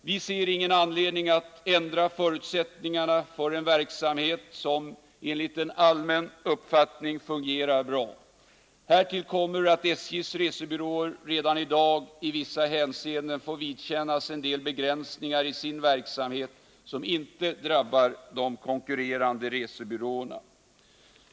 Vi ser ingen anledning att ändra förutsättningarna för en verksamhet som enligt en allmän uppfattning fungerar bra. Härtill kommer att SJ:s resebyråer redan i dag i vissa hänseenden i sin verksamhet får vidkännas en del begränsningar som inte drabbar de konkurrerande resebyråerna.